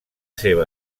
seva